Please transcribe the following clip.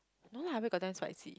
no lah where got damn spicy